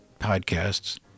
podcasts